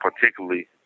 particularly